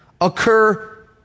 occur